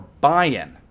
buy-in